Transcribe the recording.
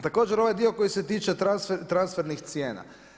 Također ovaj dio koji se tiče transfernih cijena.